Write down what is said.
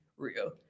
real